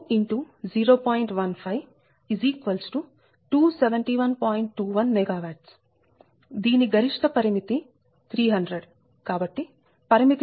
21 MW దీని గరిష్ట పరిమితి 300 కాబట్టి పరిమితి ని చేరలేదు